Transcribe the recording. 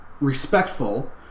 respectful